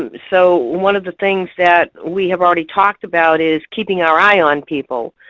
um so one of the things that we have already talked about is keeping our eye on people,